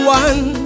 one